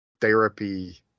therapy